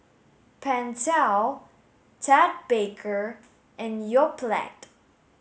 Pentel Ted Baker and Yoplait